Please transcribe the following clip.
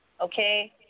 Okay